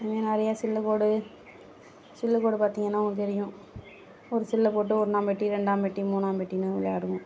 இது மாதிரி நிறையா சில்லுகோடு சில்லுகோடு பார்த்தீங்கன்னா தெரியும் ஒரு சில்லை போட்டு ஒன்றாம் பெட்டி ரெண்டாம் பெட்டி மூணாம் பெட்டின்னு விளையாடுவோம்